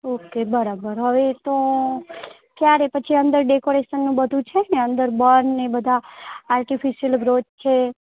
okay બરાબર હવે તો ક્યારે પછી અંદર ડેકોરેશનનું બધું છે ને અંદર બનને બધા આર્ટિફિશ્યલ બ્રોચ છે હં